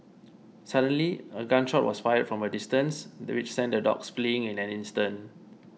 suddenly a gun shot was fired from a distance which sent the dogs fleeing in an instant